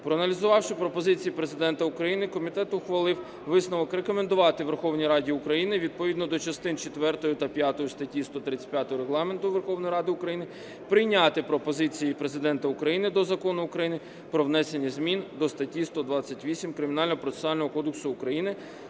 Проаналізувавши пропозиції Президента України, комітет ухвалив висновок рекомендувати Верховній Раді України відповідно до частин четвертої та п'ятої статті 135 Регламенту Верховної Ради України прийняти пропозиції Президента України до Закону України "Про внесення змін до статті 128 Кримінального процесуального кодексу України